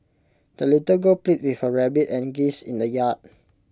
the little girl played with her rabbit and geese in the yard